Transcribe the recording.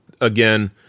again